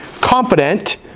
confident